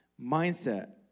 mindset